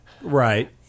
Right